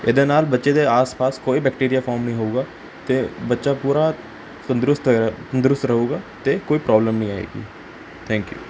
ਇਹਦੇ ਨਾਲ ਬੱਚੇ ਦੇ ਆਸ ਪਾਸ ਕੋਈ ਬੈਕਟੀਰੀਆ ਫੋਰਮ ਨਹੀਂ ਹੋਊਗਾ ਅਤੇ ਬੱਚਾ ਪੂਰਾ ਤੰਦਰੁਸਤ ਅ ਤੰਦਰੁਸਤ ਰਹੂਗਾ ਅਤੇ ਕੋਈ ਪ੍ਰੋਬਲਮ ਨਹੀਂ ਆਏਗੀ ਥੈਂਕ ਯੂ